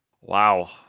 wow